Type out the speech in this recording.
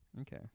Okay